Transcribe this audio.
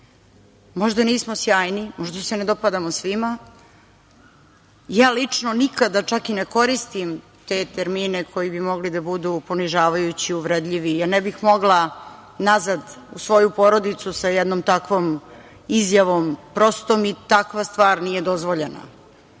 Možda nismo sjajni, možda se ne dopadamo svima. Ja lično nikada, čak i ne koristim te termine koji bi mogli da budu ponižavajući, uvredljivi, ja ne bih mogla nazad u svoju porodicu sa jednom takvom izjavom, prosto mi takva stvar nije dozvoljena.S